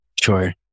Sure